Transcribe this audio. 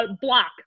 block